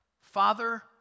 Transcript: Father